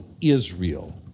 Israel